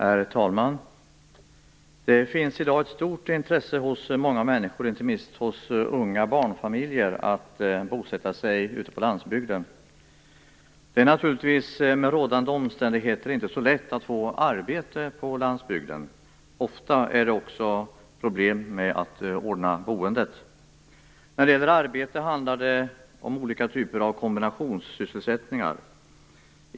Herr talman! Det finns i dag ett stort intresse hos många människor, inte minst unga barnfamiljer, av att bosätta sig ute på landsbygden. Det är naturligtvis under rådande omständigheter inte så lätt att få arbete på landsbygden. Ofta är det också problem med att ordna boendet. När det gäller arbete handlar det om olika typer av kombinationssysselsättningar.